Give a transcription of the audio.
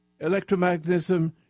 electromagnetism